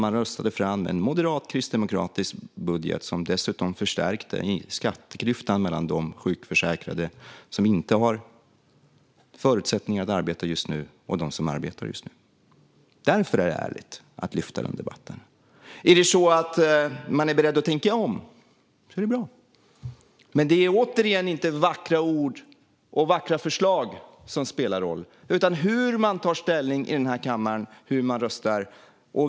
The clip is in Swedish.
Man röstade fram en moderat och kristdemokratisk budget som dessutom förstärkte skatteklyftan mellan de sjukförsäkrade som inte har förutsättningar att arbeta just nu och dem som arbetar just nu. Därför är det ärligt att lyfta den debatten. Om man är beredd att tänka om är det bra. Men det är återigen inte vackra ord och vackra förslag som spelar roll, utan hur man tar ställning i den här kammaren och hur man röstar.